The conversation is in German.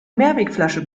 mehrwegflasche